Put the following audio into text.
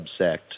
subsect